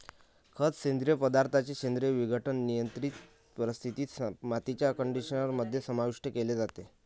खत, सेंद्रिय पदार्थांचे सेंद्रिय विघटन, नियंत्रित परिस्थितीत, मातीच्या कंडिशनर मध्ये समाविष्ट केले जाते